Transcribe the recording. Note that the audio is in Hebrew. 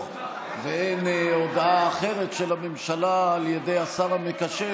ואין הודעה אחרת של הממשלה על ידי השר המקשר,